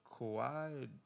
Kawhi